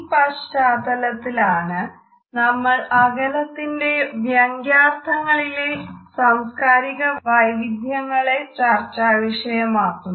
ഈ പശ്ചാത്തലത്തിലാണ് നമ്മൾ അകലത്തിന്റെ വ്യംഗ്യാർത്ഥങ്ങളിലെ സാംസ്കാരിക വൈവിധ്യങ്ങളെ ചർച്ചാ വിഷയമാക്കുന്നത്